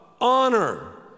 honor